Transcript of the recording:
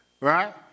right